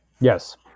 Yes